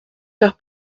faire